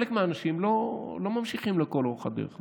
חלק מהאנשים לא ממשיכים לאורך כל הדרך.